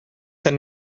send